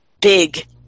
big